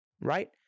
right